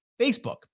Facebook